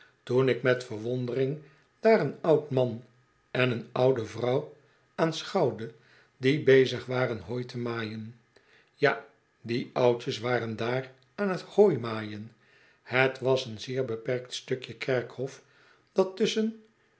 toen ik met verwondering daar een oud man en eene oude vrouw aanschouwde die bezig waren hooi te maaien ja die oudjes waren daar aan t hooimaaien het was een zeer beperkt stukje kerkhof dat tusschen